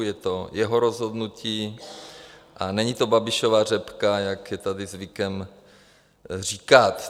Je to jeho rozhodnutí a není to Babišova řepka, jak je tady zvykem říkat.